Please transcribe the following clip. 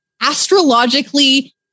astrologically